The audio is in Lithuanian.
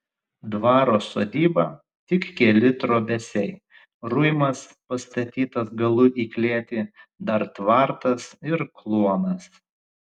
dvaro sodyba tik keli trobesiai ruimas pastatytas galu į klėtį dar tvartas ir kluonas